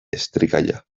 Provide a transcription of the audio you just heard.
estricalla